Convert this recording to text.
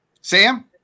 Sam